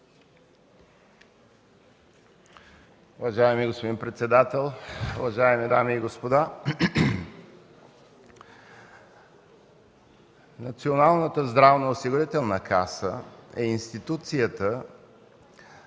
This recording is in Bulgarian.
Уважаеми господин председател, уважаеми дами и господа! Националната здравноосигурителна каса е институцията,